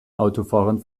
autofahrern